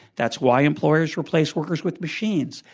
that's why employers replace workers with machines.